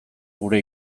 gure